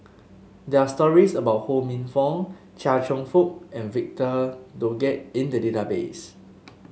there are stories about Ho Minfong Chia Cheong Fook and Victor Doggett in the database